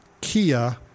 kia